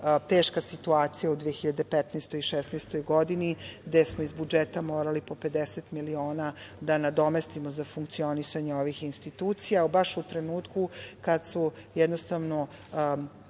teška situacija u 2015. i 2016. godini gde smo iz budžeta morali po 50 miliona da nadomestimo za funkcionisanje ovih institucija, a baš u trenutku kad su jednostavno